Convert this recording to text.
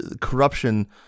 corruption –